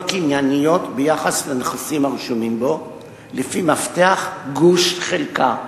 קנייניות ביחס לנכסים הרשומים בו לפי מפתח גוש-חלקה,